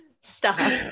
Stop